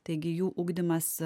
taigi jų ugdymas